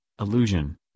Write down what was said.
illusion